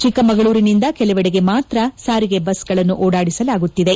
ಚಿಕ್ಕಮಗಳೂರಿನಿಂದ ಕೆಲವೆಡೆಗೆ ಮಾತ್ರ ಸಾರಿಗೆ ಬಸ್ಗಳನ್ನು ಓಡಿಸಲಾಗುತ್ತಿದೆ